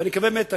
ואני מקווה באמת,